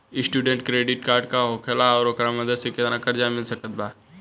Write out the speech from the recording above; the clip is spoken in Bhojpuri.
स्टूडेंट क्रेडिट कार्ड का होखेला और ओकरा मदद से केतना कर्जा मिल सकत बा?